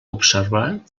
observar